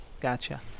gotcha